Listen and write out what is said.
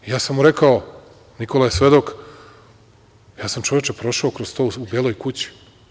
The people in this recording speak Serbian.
Ja sam mu rekao, Nikola je svedok – ja sam, čoveče, prošao kroz to u Beloj kući.